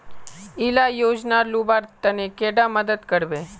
इला योजनार लुबार तने कैडा मदद करबे?